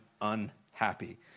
unhappy